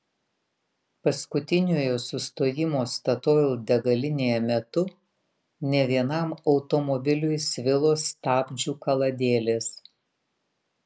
paskutiniojo sustojimo statoil degalinėje metu ne vienam automobiliui svilo stabdžių kaladėlės